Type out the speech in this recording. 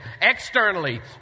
externally